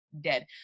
dead